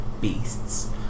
beasts